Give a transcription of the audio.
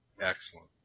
Excellent